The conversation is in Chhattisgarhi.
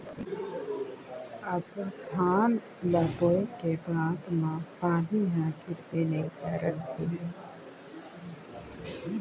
ऑसो धान ल बोए के बाद म पानी ह गिरबे नइ करत हे